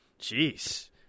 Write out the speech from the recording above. Jeez